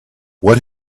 what